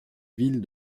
ville